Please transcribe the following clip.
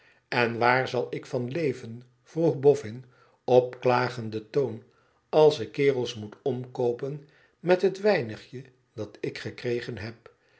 n waar zal ik van leven vroeg boffin op klagenden toon lals ik kerels moet omkoopen met het weinigje dat ik gekregen heb